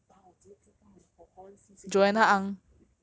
不知道真么知道我考华文 C six 你又问我